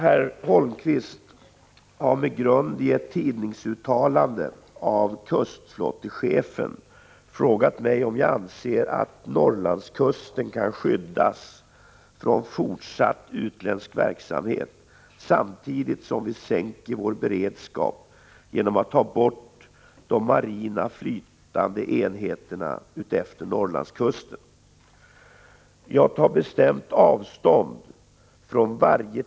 Sovjets kränkningar av våra kuster sker i en tid då vi samtidigt minskar den marina beredskapen efter bl.a. Norrlandskusten. I dag saknar vi i stort marina flytande enheter från Ålands hav upp till Haparanda skärgård.